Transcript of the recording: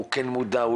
כן מודע,